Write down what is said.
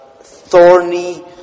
thorny